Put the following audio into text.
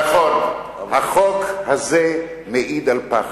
נכון, החוק הזה מעיד על פחד.